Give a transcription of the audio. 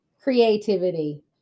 Creativity